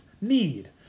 need